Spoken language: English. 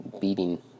beating